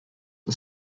are